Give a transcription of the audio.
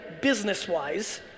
business-wise